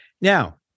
Now